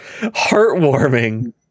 Heartwarming